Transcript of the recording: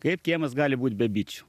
kaip kiemas gali būt be bičių